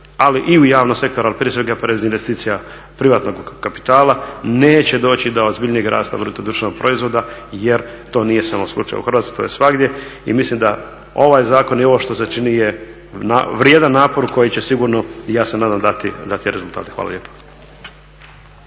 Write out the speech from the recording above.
ali i u javnom sektoru, ali prije svega pored investicija privatnog kapitala neće doći do ozbiljnijeg rasta bruto društvenog proizvoda jer to nije samo slučaj u Hrvatskoj, to je svagdje. I mislim da ovaj zakon i ovo što se čini je vrijedan napor koji će sigurno ja se nadam dati rezultate. Hvala lijepo.